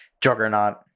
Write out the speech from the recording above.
juggernaut